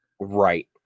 Right